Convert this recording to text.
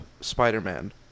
Spider-Man